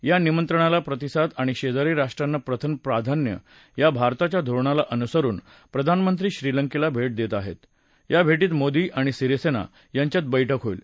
या निमंत्रणाला प्रतिसाद आणि शद्तिरी राष्ट्रांना प्रथम प्राधान्य या भारताच्या धोरणाला अनुसरुन प्रधानमंत्री श्रीलंक्खा भर्षेद्विआहक्त या भटीत मोदी आणि सिरीसस्ता यांच्यात बैठक होईल